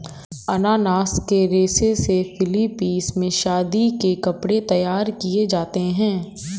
अनानास के रेशे से फिलीपींस में शादी के कपड़े तैयार किए जाते हैं